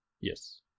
Yes